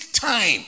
time